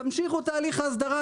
תמשיכו את הליך ההסדרה.